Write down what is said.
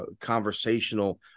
conversational